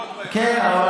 כן,